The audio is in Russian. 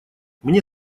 мне